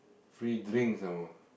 free drink some more